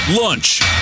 lunch